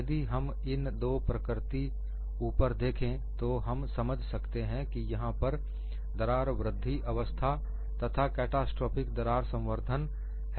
यदि हम इन दो प्रकृति ऊपर देखें तो हम समझ सकते हैं कि यहां पर दरार वृद्धि अवस्था तथा कैटास्ट्रोफिक दरार संवर्धन है